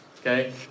Okay